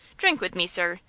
drink with me, sir,